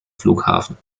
flughafen